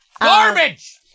Garbage